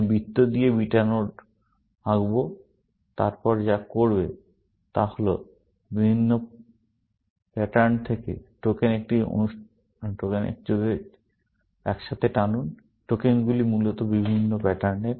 আমি বৃত্ত দিয়ে বিটা নোট আঁকব এবং তারা যা করবে তা হল বিভিন্ন প্যাটার্ন থেকে টোকেন একসাথে টানুন টোকেনগুলি মূলত বিভিন্ন প্যাটার্নের